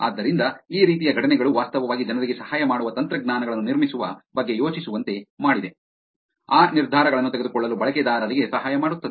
ಆದ್ದರಿಂದ ಈ ರೀತಿಯ ಘಟನೆಗಳು ವಾಸ್ತವವಾಗಿ ಜನರಿಗೆ ಸಹಾಯ ಮಾಡುವ ತಂತ್ರಜ್ಞಾನಗಳನ್ನು ನಿರ್ಮಿಸುವ ಬಗ್ಗೆ ಯೋಚಿಸುವಂತೆ ಮಾಡಿದೆ ಆ ನಿರ್ಧಾರಗಳನ್ನು ತೆಗೆದುಕೊಳ್ಳಲು ಬಳಕೆದಾರರಿಗೆ ಸಹಾಯ ಮಾಡುತ್ತದೆ